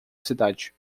cidade